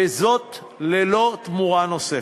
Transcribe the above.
וזאת ללא תמורה נוספת.